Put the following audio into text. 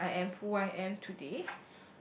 and I am who I am today